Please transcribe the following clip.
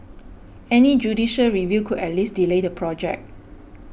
any judicial review could at least delay the project